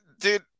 Dude